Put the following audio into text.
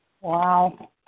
Wow